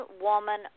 woman